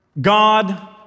God